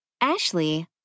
ashley